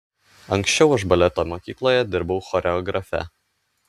anksčiau aš baleto mokykloje dirbau choreografe